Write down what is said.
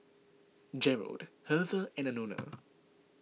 Gerald Hertha and Anona